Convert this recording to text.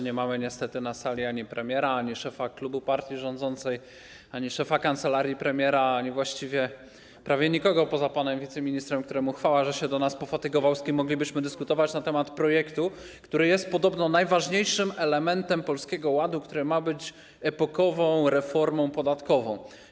Nie ma niestety na sali ani premiera, ani szefa klubu partii rządzącej, ani szefa kancelarii premiera, ani właściwie nikogo poza panem wiceministrem - chwała, że pan się do nas pofatygował - z kim moglibyśmy dyskutować na temat projektu, który jest podobno najważniejszym elementem Polskiego Ładu, który ma być epokową reformą podatkową.